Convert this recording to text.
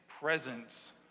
presence